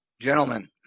Gentlemen